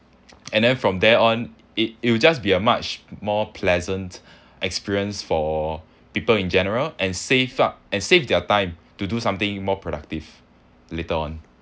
and then from there on it it'll just be a much more pleasant experience for people in general and save up and save their time to do something more productive later on